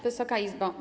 Wysoka Izbo!